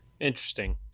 Interesting